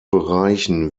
bereichen